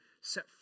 set